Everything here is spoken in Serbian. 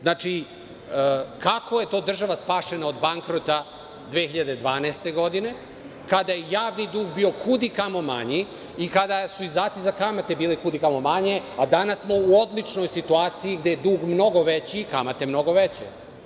Znači, kako je to država spašena od bankrota 2012. godine kada je javni dug bio kud i kamo manji i kada su izdaci za kamate bili kud i kamo manje, a danas smo u odličnoj situaciji gde je dug mnogo veći i kamate mnogo veće.